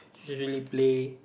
we really play